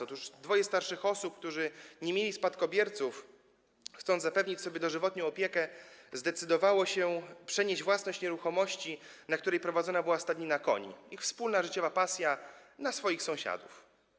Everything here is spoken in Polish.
Otóż dwoje starszych ludzi, którzy nie mieli spadkobierców, chcąc zapewnić sobie dożywotnią opiekę, zdecydowało się przenieść własność nieruchomości, na której prowadzona była stadnina koni - ich wspólna życiowa pasja - na swoich sąsiadów.